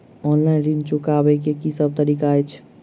Online ऋण चुकाबै केँ की सब तरीका अछि?